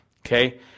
Okay